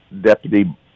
Deputy